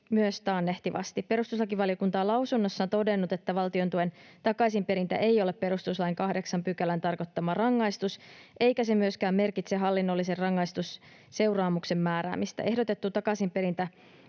myös taannehtivasti. Perustuslakivaliokunta on lausunnossaan todennut, että valtiontuen takaisinperintä ei ole perustuslain 8 §:n tarkoittama rangaistus eikä se myöskään merkitse hallinnollisen rangaistusseuraamuksen määräämistä. Ehdotettu takaisinperintäsääntelyn